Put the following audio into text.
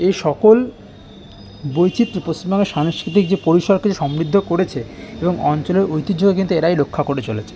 এই সকল বৈচিত্র্য পশ্চিমবঙ্গের সাংস্কৃতিক যে পরিসরকে যে সমৃদ্ধ করেছে এবং অঞ্চলের ঐতিহ্যকে কিন্তু এরাই রক্ষা করে চলেছে